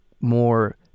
more